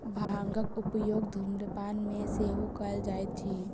भांगक उपयोग धुम्रपान मे सेहो कयल जाइत अछि